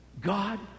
God